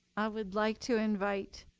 i would like to invite